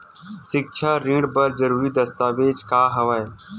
सिक्छा ऋण बर जरूरी दस्तावेज का हवय?